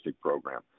program